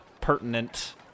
pertinent